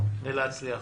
ולהצליח.